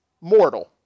mortal